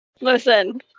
Listen